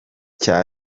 cya